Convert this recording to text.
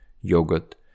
yogurt